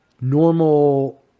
normal